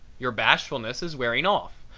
your bashfulness is wearing off.